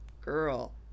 girl